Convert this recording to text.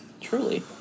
Truly